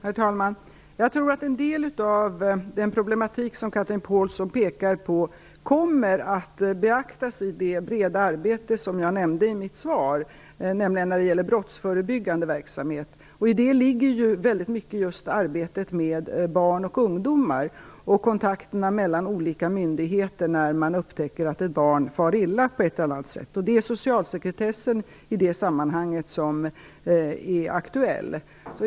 Herr talman! Jag tror att en del av den problematik som Chatrine Pålsson pekar på kommer att beaktas i det breda arbete som jag nämnde i mitt svar, nämligen när det gäller brottsförebyggande verksamhet. I det ligger väldigt mycket just arbetet med barn och ungdomar samt kontakterna mellan olika myndigheter när det upptäcks att ett barn far illa på ett eller annat sätt. Det är då som socialsekretessen är aktuell.